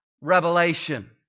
revelation